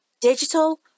digital